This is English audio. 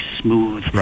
smooth